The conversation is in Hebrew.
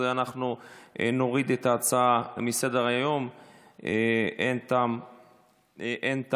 אנחנו נוריד את ההצעה מסדר-היום, אין טעם להמשיך.